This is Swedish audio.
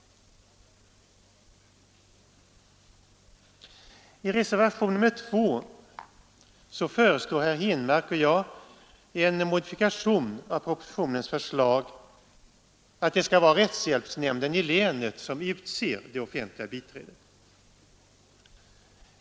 I reservationen 2 föreslår herr Henmark och jag en modifikation av propositionens förslag att det skall vara rättshjälpsnämnden i länet som utser det offentliga biträdet.